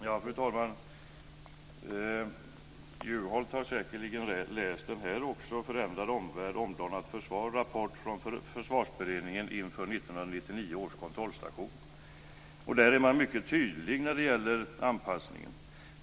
Fru talman! Juholt har säker läst denna också, nämligen Förändrad omvärld - omdanat försvar, rapport från Försvarsberedningen inför 1999 års kontrollstation. Där är man mycket tydlig när det gäller anpassningen.